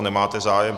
Nemáte zájem.